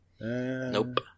Nope